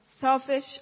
selfish